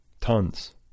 Tons